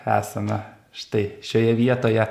esame štai šioje vietoje